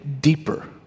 deeper